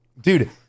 Dude